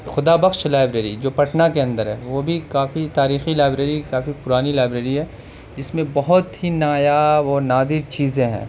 Khuda Bakhsh library جو پٹنہ کے اندر ہے وہ بھی کافی تاریخی لائبریری ہے کافی پرانی لائبریری ہے جس میں بہت ہی نایاب اور نادر چیزیں ہیں